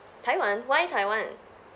taiwan why taiwan